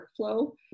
workflow